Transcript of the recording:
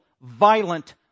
violent